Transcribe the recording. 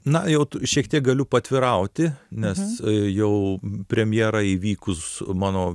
na jau šiek tiek galiu paatvirauti nes jau premjera įvykus mano